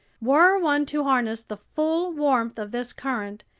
were one to harness the full warmth of this current,